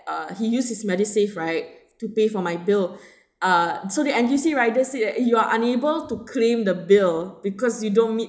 uh he use his medisave right to pay for my bill uh so the N_T_U_C riders said eh you are unable to claim the bill because you don't meet